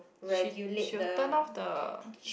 she she would turn off the